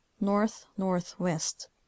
north-northwest